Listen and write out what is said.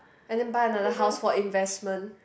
and then buy another house for investment